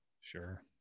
Sure